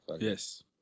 Yes